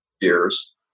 years